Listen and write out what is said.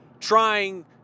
trying